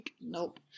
Nope